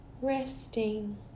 resting